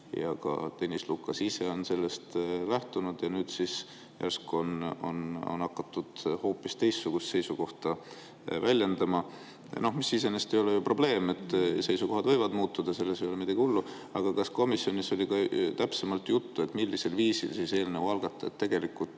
ja ka Tõnis Lukas ise – on sellest lähtunud, aga nüüd järsku on hakatud hoopis teistsugust seisukohta väljendama? See iseenesest ei ole ju probleem, seisukohad võivad muutuda, selles ei ole midagi hullu. Aga kas komisjonis oli ka täpsemalt juttu sellest, millisel viisil siis eelnõu algatajad tegelikult